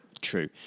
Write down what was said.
True